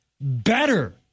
better